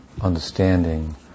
understanding